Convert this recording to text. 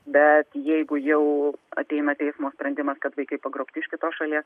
bet jeigu jau ateina teismo sprendimas kad vaikai pagrobti iš kitos šalies